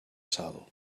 sal